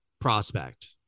prospect